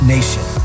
Nation